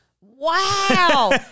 Wow